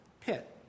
pit